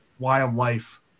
wildlife